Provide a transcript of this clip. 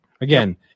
again